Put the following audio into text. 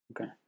Okay